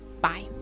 Bye